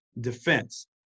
defense